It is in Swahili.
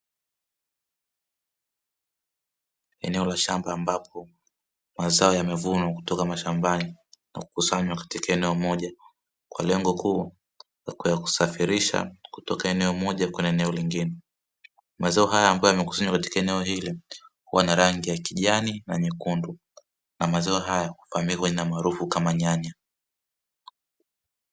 Eneo la shamba ambapo mazao yamevunwa kutoka mashambani na kukusanywa katika eneo moja kwa lengo kuu la kuyasafirisha kutoka eneo moja kwenye eneo lingine mazao haya ambayo yamekusanywa katika eneo hili wana rangi ya kijani na nyekundu na mazao hayo wamekwenda maarufu kama nyanya.